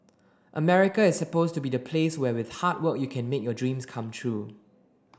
America is supposed to be the place where with hard work you can make your dreams come true